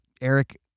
Eric